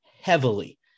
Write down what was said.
heavily